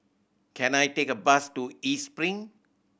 can I take a bus to East Spring